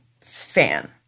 fan